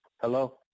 Hello